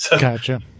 Gotcha